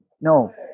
no